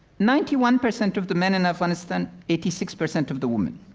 ninety one percent of the men in afghanistan, eighty six percent of the women,